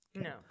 No